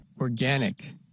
Organic